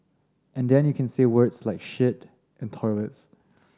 and then you can say words like shit and toilets